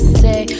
say